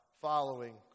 following